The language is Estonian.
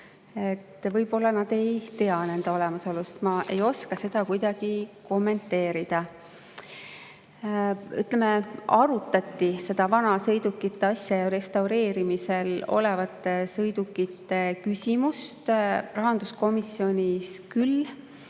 Võib-olla nad ei tea nende olemasolust. Ma ei oska seda kuidagi kommenteerida. Seda vanasõidukite asja ja restaureerimisel olevate sõidukite küsimust arutati rahanduskomisjonis küll,